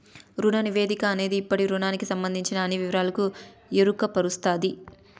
రుణ నివేదిక అనేది ఇప్పటి రుణానికి సంబందించిన అన్ని వివరాలకు ఎరుకపరుస్తది